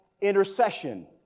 intercession